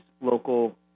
local